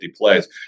plays